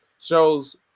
shows